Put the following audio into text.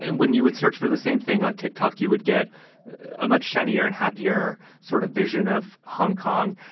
and when you would search for the same thing on tick-tock, you would get a much shinier and happier sort of vision of hong kong.